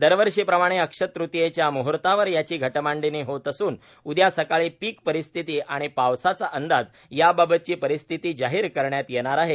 दरवर्षीप्रमाणे अक्षय्य तृतीयेच्या म्हर्तावर याची घटमांडणी होत असून उद्या सकाळी पीक परिस्थिती आणि पावसाचा अंदाज याबाबतची परिस्थिती जाहीर करण्यात येणार आहे